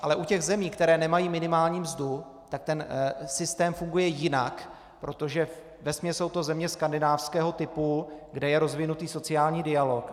Ale u těch zemí, které nemají minimální mzdu, ten systém funguje jinak, protože jsou to vesměs země skandinávského typu, kde je rozvinutý sociální dialog.